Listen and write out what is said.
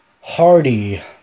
Hardy